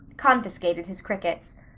confiscated his crickets.